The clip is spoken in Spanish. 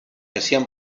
hacían